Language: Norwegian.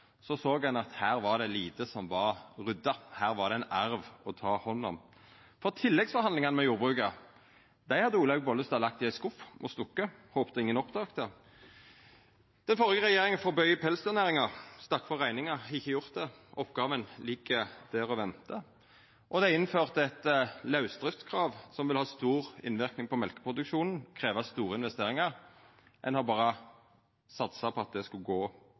såg me at der var det lite som var rydda, der var det ein arv å ta hand om, for tilleggsforhandlingane med jordbruket hadde Olaug Vervik Bollestad lagt i ein skuff og stukke frå – håpte at ingen oppdaga det. Den førre regjeringa forbaud pelsdyrnæringa og stakk frå rekninga. Det er ikkje gjort, og oppgåva ligg der og ventar. Og det er innført eit lausdriftskrav som vil ha stor innverknad på mjølkeproduksjonen og krevja store investeringar. Ein har berre satsa på at det